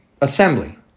assembly